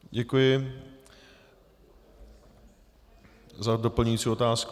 Děkuji za doplňující otázku.